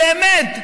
באמת,